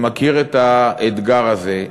שמכיר את האתגר הזה,